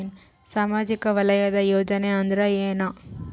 ಸಾಮಾಜಿಕ ವಲಯದ ಯೋಜನೆ ಅಂದ್ರ ಏನ?